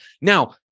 Now